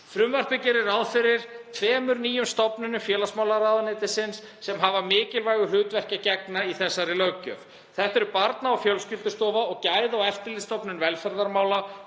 Frumvarpið gerir ráð fyrir tveimur nýjum stofnunum félagsmálaráðuneytisins sem hafa mikilvægu hlutverki að gegna í þessari löggjöf. Þetta eru Barna- og fjölskyldustofa og Gæða- og eftirlitsstofnun velferðarmála